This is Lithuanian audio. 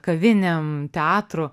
kavinėm teatru